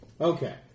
Okay